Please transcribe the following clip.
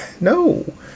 No